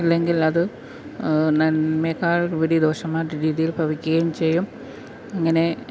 ഇല്ലെങ്കിൽ അത് നന്മയെക്കാളുപരി ദോഷമായിട്ട് ഇരിക്കുകയും ഭവിക്കുകയും ചെയ്യും അങ്ങനെ